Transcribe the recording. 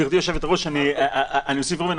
גברתי היושבת-ראש, אוסיף עוד דבר.